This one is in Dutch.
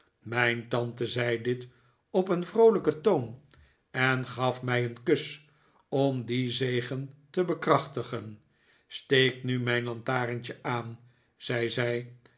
mijn tante zei dit op een vroolijken toon en gaf mij een kus om dien zegen te bekrachtigen steek nu mijn lantarentje aan zei